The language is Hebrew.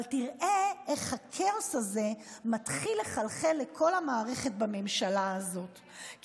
אבל תראה איך הכאוס הזה מתחיל לחלחל לכל המערכת בממשלה הזאת,